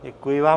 Děkuji vám.